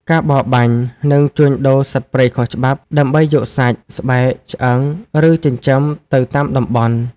ការបរបាញ់ និងជួញដូរសត្វព្រៃខុសច្បាប់ ដើម្បីយកសាច់ ស្បែក ឆ្អឹង ឬចិញ្ចឹមទៅតាមតំបន់។